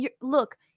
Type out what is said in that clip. look